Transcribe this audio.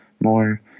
more